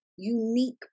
unique